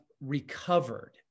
recovered